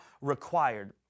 required